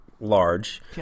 large